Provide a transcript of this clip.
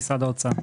בבקשה,